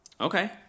Okay